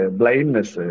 blindness